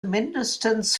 mindestens